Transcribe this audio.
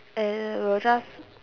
err we'll just